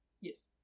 Yes